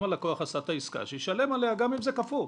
אם הלקוח עשה את העסקה שישלם עליה גם אם זה קפוא.